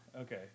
Okay